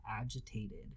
agitated